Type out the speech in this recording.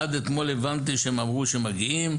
עד אתמול הבנתי שהם אמרו שמגיעים,